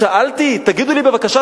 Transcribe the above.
שאלתי: תגידו לי בבקשה,